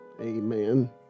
Amen